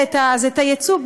אז היצוא,